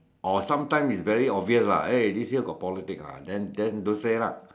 or sometime it's very obvious lah eh this year got politics ah then don't say lah